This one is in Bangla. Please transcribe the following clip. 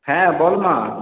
হ্যাঁ বল মা